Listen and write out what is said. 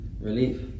Relief